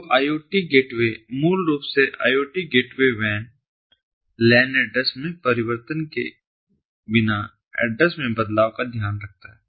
तो IoT gateway मूल रूप से IoT गेटवे वैन लैन एड्रेस में परिवर्तन के बिना एड्रेस मैं बदलाव का ध्यान रखता है